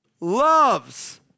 loves